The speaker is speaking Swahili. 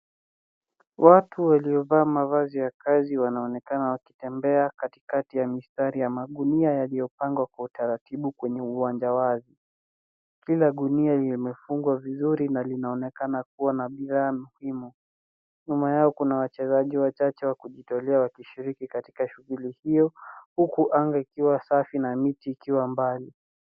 Watu waliovaa mavazi ya kazi wanaonekana wakitembea katikati ya mistari ya magunia yaliyopangwa kwa utaratibu kwenye uwaja wazi. Kila gunia limefungwa vizuri linaonekana kuwa na bidhaa muhimu. Nyuma yao kuna wachezaji wachache wa kujitolea wakishiriki katika shughuli hiyo huku anga ikiwa safi na miti ikiwa mbali.